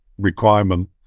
requirement